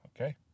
Okay